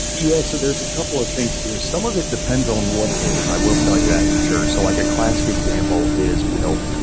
yeah. so there're a couple of things here. some of it depends on what it is. i will tell you that for sure. so like a classic example is milk.